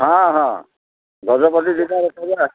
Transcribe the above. ହଁ ହଁ ଗଜପତି ଜିଲ୍ଲାରେ କରିବା